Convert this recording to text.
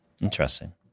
Interesting